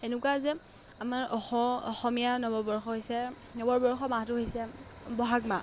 এনেকুৱা যে আমাৰ অস অসমীয়া নৱবৰ্ষ হৈছে নৱবৰ্ষ মাহটো হৈছে বহাগ মাহ